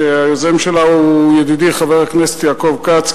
שהיוזם שלה הוא ידידי חבר הכנסת יעקב כץ,